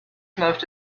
most